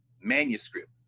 manuscript